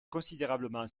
considérablement